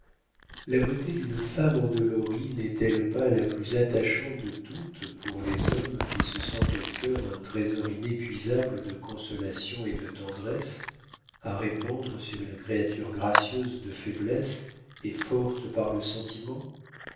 la beauté d'une femme endolorie n'est-elle pas la plus attachante de toutes pour les hommes qui se sentent au cœur un trésor inépuisable de consolations et de tendresses à répandre sur une créature gracieuse de faiblesse et forte par le sentiment